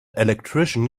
electrician